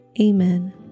Amen